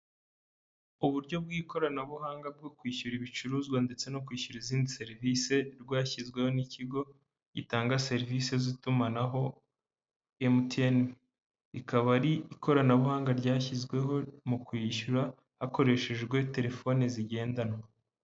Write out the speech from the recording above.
Uburyo bw'ikoranabuhanga bwo kwishyura ibicuruzwa ndetse no kwishyura izindi serivisi, rwashyizweho n'ikigo gitanga serivisi z'itumanaho MTN, rikaba ari ikoranabuhanga ryashyizweho mu kuyishyura hakoreshejwe telefoni zigendanwa.